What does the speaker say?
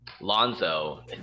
Lonzo